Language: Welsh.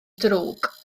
drwg